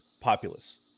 populace